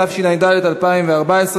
התשע"ד 2014,